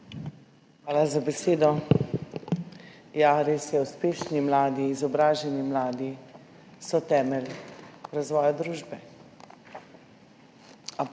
Hvala za besedo. Ja, res je, uspešni mladi, izobraženi mladi so temelj razvoja družbe.